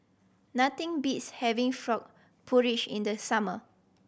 nothing beats having frog porridge in the summer